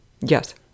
Yes